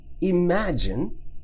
imagine